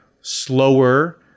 slower